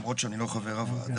למרות שאני לא חבר הוועדה.